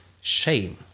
shame